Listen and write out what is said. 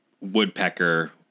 woodpecker